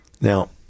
now